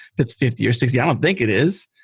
that's fifty or sixty. i don't think it is.